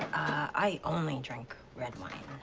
i only drink red wine